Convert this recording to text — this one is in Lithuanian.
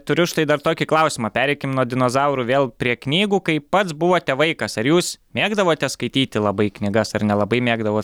turiu štai dar tokį klausimą pereikim nuo dinozaurų vėl prie knygų kai pats buvote vaikas ar jūs mėgdavote skaityti labai knygas ar nelabai mėgdavot